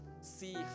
see